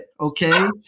okay